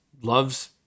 loves